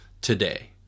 today